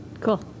Cool